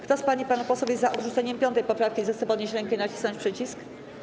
Kto z pań i panów posłów jest za odrzuceniem 5. poprawki, zechce podnieść rękę i nacisnąć przycisk.